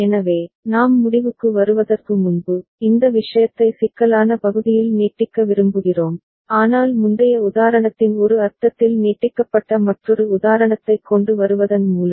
எனவே நாம் முடிவுக்கு வருவதற்கு முன்பு இந்த விஷயத்தை சிக்கலான பகுதியில் நீட்டிக்க விரும்புகிறோம் ஆனால் முந்தைய உதாரணத்தின் ஒரு அர்த்தத்தில் நீட்டிக்கப்பட்ட மற்றொரு உதாரணத்தைக் கொண்டு வருவதன் மூலம்